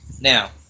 Now